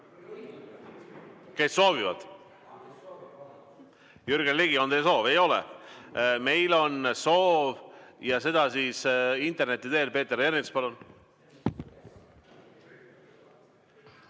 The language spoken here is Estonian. Kes soovivad? Jürgen Ligi, on teil soovi? Ei ole. Meil on üks soovija interneti teel. Peeter Ernits, palun!